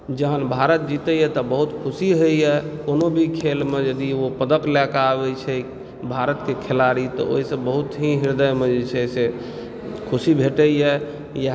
जखन भारत जीतैया तऽ बहुत खुशी होइया कोनो भी खेल मे यदि ओ पदक लए कऽ आबै छै भारत के खिलाड़ी तऽ ओहिसॅं बहुत ही हृदयमे जे छै से खुशी भेटैया